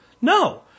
No